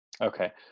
okay